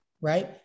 right